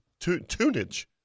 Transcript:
tunage